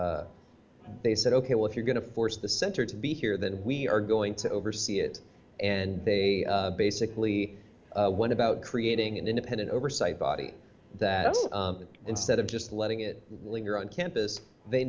they said ok well if you're going to force the center to be here then we are going to oversee it and they basically what about creating an independent oversight body that instead of just letting it linger on campus they